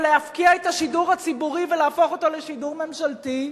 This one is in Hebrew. או להפקיע את השידור הציבורי ולהפוך אותו לשידור ממשלתי,